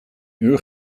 uur